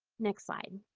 next slide.